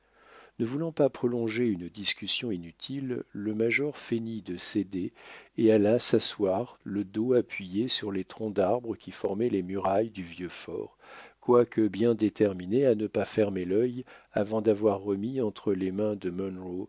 ne voulant pas prolonger une discussion inutile le major feignit de céder et alla s'asseoir le dos appuyé sur les troncs d'arbres qui formaient les murailles du vieux fort quoique bien déterminé à ne pas fermer l'œil avant d'avoir remis entre les mains de